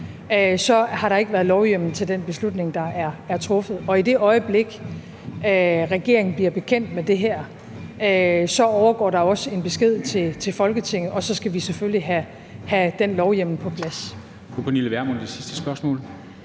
har der ikke været lovhjemmel til den beslutning, der er truffet. Og i det øjeblik regeringen bliver bekendt med det her, overgår der også en besked til Folketinget, og så skal vi selvfølgelig have den lovhjemmel på plads.